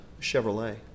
Chevrolet